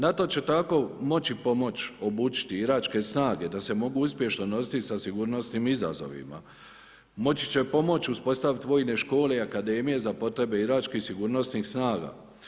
NATO će tako moći pomoći obučiti iračke snage da se mogu uspješno nositi sa sigurnosnim izazovima, moći će pomoći uspostaviti vojne škole i akademije za potrebe iračkih sigurnosnih snaga.